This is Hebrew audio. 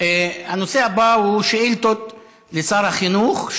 הנושא הבא הוא שאילתות לשר החינוך,